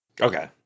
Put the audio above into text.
Okay